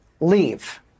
leave